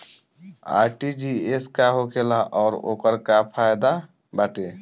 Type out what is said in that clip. RTGS का होखेला और ओकर का फाइदा बाटे?